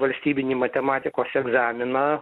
valstybinį matematikos egzaminą